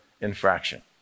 infraction